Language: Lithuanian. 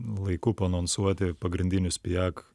laiku paanonsuoti pagrindinius pijak